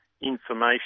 information